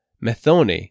Methone